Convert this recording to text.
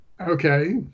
okay